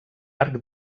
arc